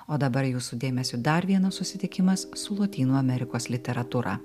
o dabar jūsų dėmesiui dar vienas susitikimas su lotynų amerikos literatūra